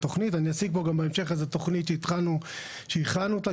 אני אציג פה בהמשך איזה תוכנית שהכנו אותה,